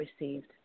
received